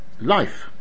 life